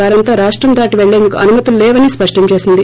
వారంతా రాష్టం దాటి పెళ్లేందుకు అనుమతులు లేవని స్పష్టం చేసింది